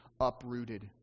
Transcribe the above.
uprooted